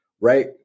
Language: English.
right